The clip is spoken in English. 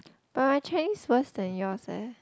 but my Chinese worse than yours eh